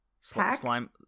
Slime